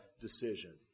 decision